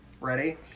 Ready